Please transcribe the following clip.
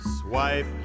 swipe